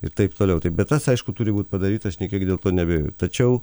ir taip toliau tai bet tas aišku turi būt padaryta aš nė kiek dėl to neabejoju tačiau